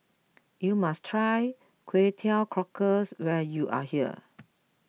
you must try Kway Teow Cockles when you are here